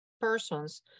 persons